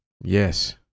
yes